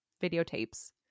videotapes